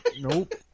Nope